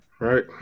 Right